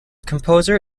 composer